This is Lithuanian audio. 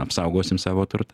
apsaugosim savo turtą